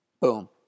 Boom